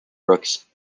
brooks